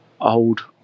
old